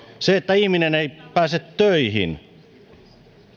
se että ihminen ei pääse töihin